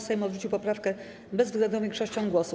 Sejm odrzucił poprawkę bezwzględną większością głosów.